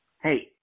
Hey